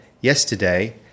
yesterday